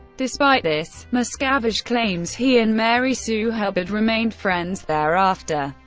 despite this, miscavige claims he and mary sue hubbard remained friends thereafter.